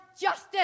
justice